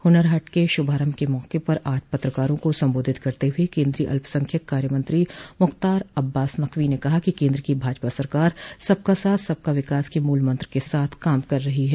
हुनर हाट के शुभारम्भ के मौके पर आज पत्रकारों को संबोधित करते हुए केन्द्रोय अल्पसंख्यक कार्य मंत्री मूख्तार अब्बास नकवी ने कहा कि केन्द्र की भाजपा सरकार सबका साथ सबका विकास के मूल मंत्र के साथ काम कर रही है